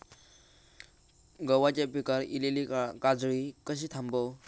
गव्हाच्या पिकार इलीली काजळी कशी थांबव?